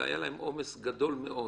אלא היה להם עומס גדול מאוד